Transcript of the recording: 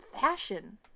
fashion